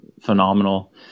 phenomenal